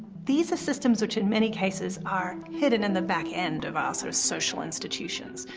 these are systems which, in many cases, are hidden in the back end of our sort of social institutions.